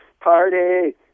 party